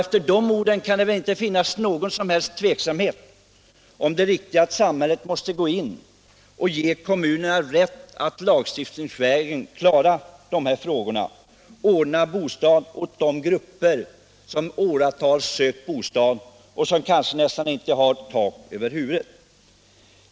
Efter de orden kan det väl inte vara någon som helst tveksamhet om det viktiga i kravet att samhället måste träda in och lagstiftningsvägen ge kommunerna möjlighet att ordna bostad åt människor som i åratal sökt sådan och som kanske nästan inte har tak över huvudet.